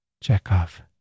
Chekhov